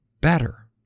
better